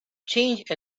change